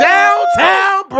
Downtown